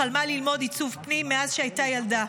חלמה ללמוד עיצוב פנים מאז הייתה ילדה.